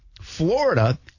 Florida